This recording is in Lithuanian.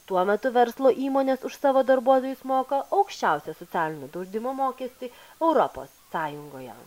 tuo metu verslo įmonės už savo darbuotojus moka aukščiausią socialinio draudimo mokestį europos sąjungoje